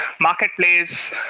marketplace